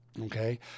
okay